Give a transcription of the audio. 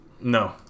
No